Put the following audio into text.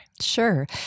Sure